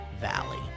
valley